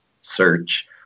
search